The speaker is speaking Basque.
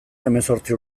hemezortzi